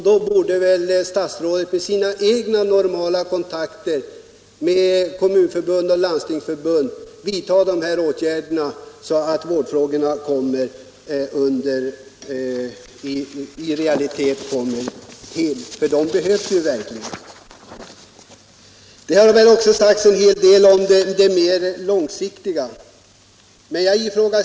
Då borde väl statsrådet med sina egna normala kontakter med Kommunförbundet och Landstingsförbundet kunna vidta dessa åtgärder, så att vi i realiteten får en riktig vård. En sådan behövs verkligen. Det har här också sagts en hel del om de mer långsiktiga åtgärderna.